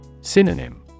Synonym